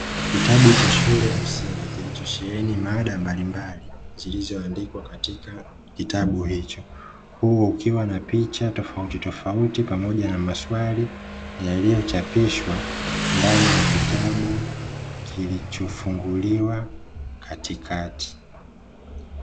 Kitabu cha shule ya msingi kilichosheheni mada mbalimbali zilizoandikwa katika kitabu hicho, huku kukiwa picha tofautitofauti pamoja na maswali yaliyochapishwa ndani ya kitabu kilichofunguliwa katikati.